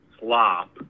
slop